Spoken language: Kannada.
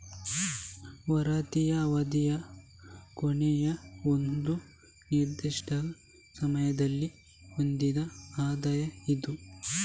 ವರದಿಯ ಅವಧಿಯ ಕೊನೆಯಲ್ಲಿ ಒಂದು ನಿರ್ದಿಷ್ಟ ಸಮಯದಲ್ಲಿ ಹೊಂದಿದ ಆದಾಯ ಇದು